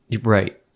Right